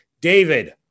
david